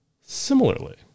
similarly